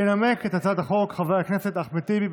ינמק את הצעת החוק חבר הכנסת אחמד טיבי.